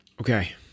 Okay